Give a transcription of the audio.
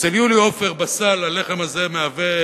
אצל יולי עופר בסל הלחם הזה מהווה